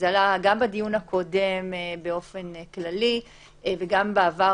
זה עלה גם בדיון הקודם באופן כללי וגם בעבר